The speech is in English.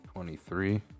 Twenty-three